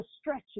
stretching